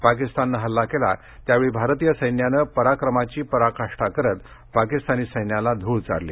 पाकिस्ताननं हल्ला केला त्या वेळी भारतीय सैन्यानं पराक्रमाची पराकाष्ठा करत पाकीस्तानी सैन्याला धूळ चारली